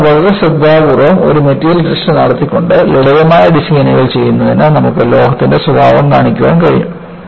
അതിനാൽ വളരെ ശ്രദ്ധാപൂർവ്വം ഒരു മെറ്റീരിയൽ ടെസ്റ്റ് നടത്തിക്കൊണ്ട് ലളിതമായ ഡിസൈനുകൾ ചെയ്യുന്നതിന് നമുക്ക് ലോഹത്തിന്റെ സ്വഭാവം കാണിക്കാൻ കഴിഞ്ഞു